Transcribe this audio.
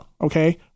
okay